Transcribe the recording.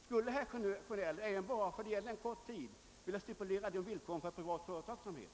Skulle herr Sjönell även om det gällde en kort tid vilja stipulera samma villkor för privat företagsamhet?